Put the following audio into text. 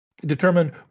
determine